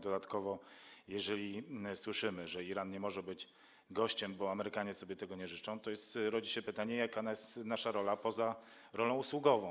Dodatkowo jeżeli słyszymy, że Iran nie może być gościem, bo Amerykanie sobie tego nie życzą, to rodzi się pytanie: Jaka jest nasza rola poza rolą usługową?